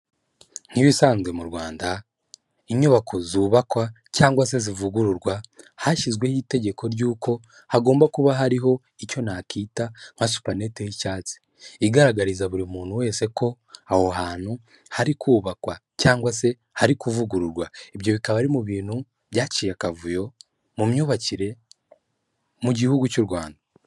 Nk'ibisanzwe mu Rwanda inyubako zubakwa cyangwa se zivugururwa hashyizweho itegeko ry'uko hagomba kuba hariho icyo nakita nka supanete y'icyatsi igaragariza buri muntu wese ko aho hantu hari kubakwa cyangwa se hari kuvugururwa ibyo bikaba ari mu bintu byaciye akavuyo mu myubakire mu gihugu cy'u Rwanda.